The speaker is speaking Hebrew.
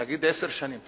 תגיד עשר שנים,